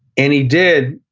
and he did.